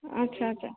अच्छा अच्छा